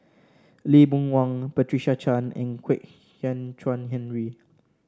Lee Boon Wang Patricia Chan and Kwek Hian Chuan Henry